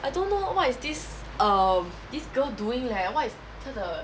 I don't know what is this err this girl doing leh what is 真的